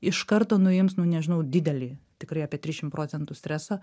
iš karto nuims nu nežinau didelį tikrai apie trisšim procentų streso